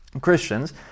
Christians